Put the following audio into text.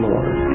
Lord